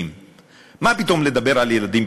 מה פתאום לדבר על ילדים,